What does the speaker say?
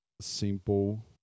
simple